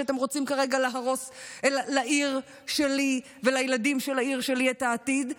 שאתם רוצים כרגע להרוס לעיר שלי ולילדים של העיר שלי את העתיד.